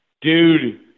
dude